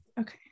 okay